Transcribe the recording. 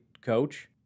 coach